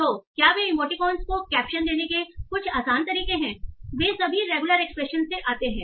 तो क्या वे इमोटिकॉन्स को कैप्शन देने के कुछ आसान तरीके हैं वे सभी रेगुलर एक्सप्रेशन से आते हैं